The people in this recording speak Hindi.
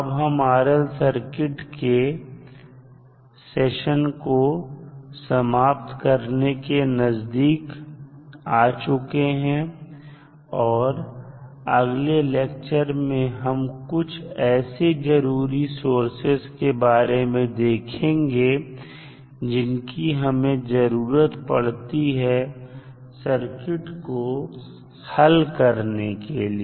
अब हम RL सर्किट के सेशन को समाप्त करने के नजदीक आ चुके हैं और अगले लेक्चर में हम कुछ ऐसे जरूरी सोर्सेस के बारे में देखेंगे जिनकी हमें जरूरत पड़ती है सर्किट को हल करने के लिए